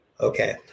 Okay